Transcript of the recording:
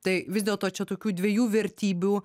tai vis dėlto čia tokių dviejų vertybių